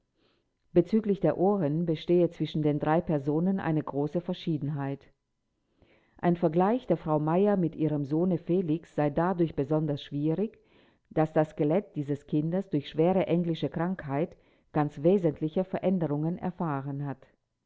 bezüglich der ohren bestehe zwischen den drei personen eine große verschiedenheit ein vergleich der frau meyer mit ihrem sohne felix sei dadurch besonders schwierig daß das skelett dieses kindes durch schwere englische krankheit ganz wesentliche veränderungen erfahren hat